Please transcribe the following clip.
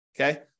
Okay